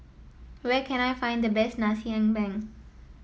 where can I find the best Nasi Ambeng